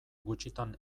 gutxitan